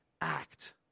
act